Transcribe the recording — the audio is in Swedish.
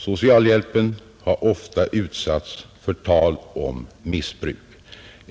Socialhjälpen har ofta utsatts för tal om ”missbruk”.